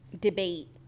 debate